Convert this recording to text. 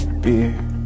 beer